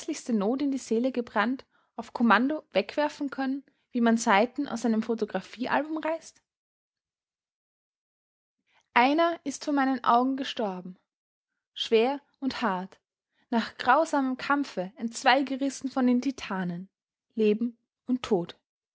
not in die seele gebrannt auf kommando wegwerfen können wie man seiten aus einem photographiealbum reißt einer ist vor meinen augen gestorben schwer und hart nach grausamem kampfe entzweigerissen von den titanen leben und tod